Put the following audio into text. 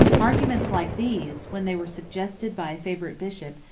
arguments like these, when they were suggested by a favorite bishop,